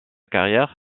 carrière